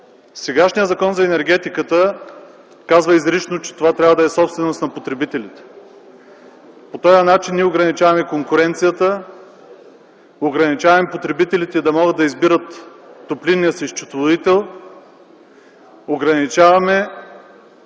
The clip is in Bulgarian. Сегашният Закон за енергетиката казва изрично, че те трябва да са собственост на потребителите. По този начин ограничаваме конкуренцията, ограничаваме потребителите да избират топлинния си счетоводител, ограничаваме